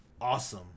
Awesome